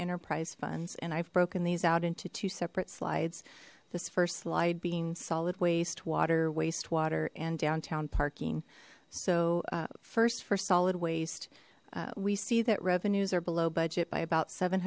enterprise funds and i've broken these out into two separate slides this first slide being solid waste water wastewater and downtown parking so first for solid waste we see that revenues are below budget by about seven